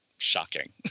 Shocking